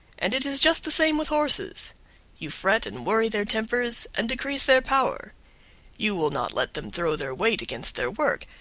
and it is just the same with horses you fret and worry their tempers, and decrease their power you will not let them throw their weight against their work,